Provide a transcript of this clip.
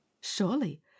surely